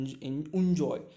Enjoy